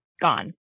gone